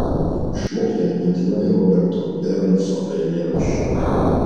išmokti atmintinai roberto bernso eilėraščių